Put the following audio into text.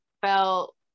felt